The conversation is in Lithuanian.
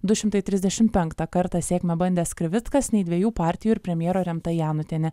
du šimtai trisdešimt penktą kartą sėkmę bandęs krivickas nei dviejų partijų ir premjero remta janutienė